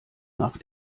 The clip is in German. nach